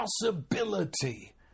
possibility